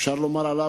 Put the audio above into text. אפשר לומר עליו,